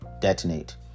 detonate